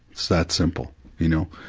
it's that simple. you know?